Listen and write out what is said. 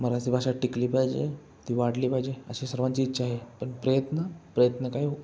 मराठी भाषा टिकली पाहिजे ती वाढली पाहिजे अशी सर्वांची इच्छा आहे पण प्रयत्न प्रयत्न काय हो